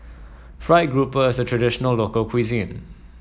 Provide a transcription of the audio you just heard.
fried grouper is a traditional local cuisine